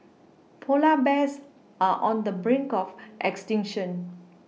polar bears are on the brink of extinction